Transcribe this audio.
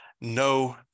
no